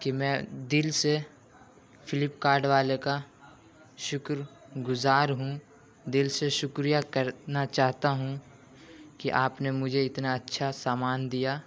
کہ میں دل سے فلپ کارٹ والے کا شکر گزار ہوں دل سے شکریہ کرنا چاہتا ہوں کہ آپ نے مجھے اتنا اچھا سامان دیا